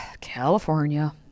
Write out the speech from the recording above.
California